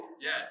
Yes